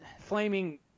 Flaming